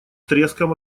треском